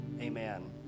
Amen